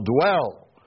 dwell